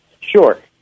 Sure